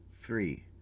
three